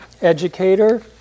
educator